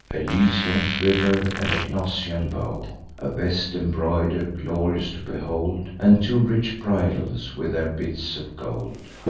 a lycian quiver and a gnossian bow, a vest embroider'd, glorious to behold, and two rich bridles, with their bits of gold,